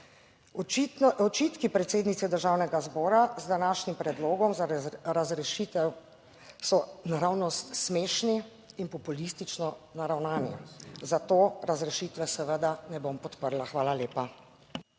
očitki predsednice Državnega zbora z današnjim predlogom za razrešitev so naravnost smešni in populistično naravnani zato razrešitve seveda ne bom podprla. Hvala lepa.